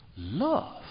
Love